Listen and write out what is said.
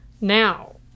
Now